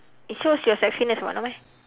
it shows your sexiness [what] no meh